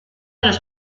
los